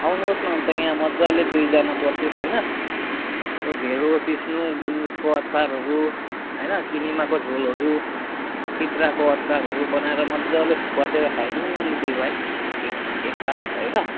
आउनु होस् न अन्त यहाँ मजाले दुईजना बसेर होइन यसो ढेडो सिस्नो गुन्द्रुकको अचारहरू होइन किनेमाको झोलहरू सिद्राको अचारहरू बनाएर मजाले बसेर खाईदिउँ न अनि दुई भाई एक रात होइन